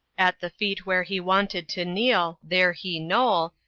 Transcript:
at the feet where he wanted to kneel, there he knole,